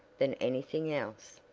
than anything else,